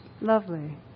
lovely